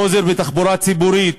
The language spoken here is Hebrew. חוסר בתחבורה ציבורית